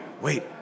wait